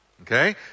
Okay